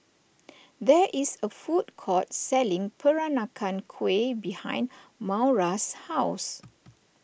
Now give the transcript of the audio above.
there is a food court selling Peranakan Kueh behind Maura's house